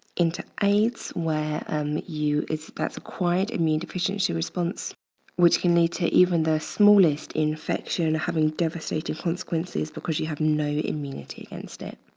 into aids where um you, that's acquired immune deficiency response which can lead to even the smallest infection having devastating consequences because you have no immunity against it.